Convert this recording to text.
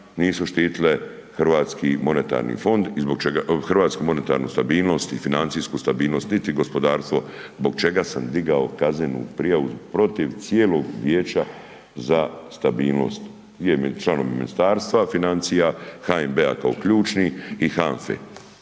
zbog čega, hrvatsku monetarnu stabilnost i financijsku stabilnost, niti gospodarstvo, zbog čega sam digao kaznenu prijavu protiv cijelog Vijeća za stabilnost, .../Govornik se ne razumije./... Ministarstva financija, HNB-a kao ključni i HANFA-e,